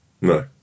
No